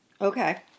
Okay